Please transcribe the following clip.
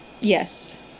Yes